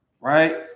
right